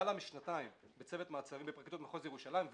-- למעלה משנתיים בצוות מעצרים בפרקליטות מחוז ירושלים,